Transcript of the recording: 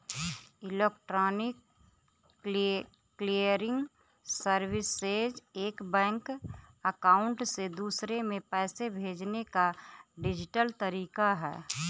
electronic clearing services एक bank account से दूसरे में पैसे भेजने का डिजिटल तरीका है